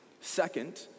Second